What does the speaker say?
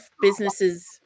businesses